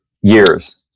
years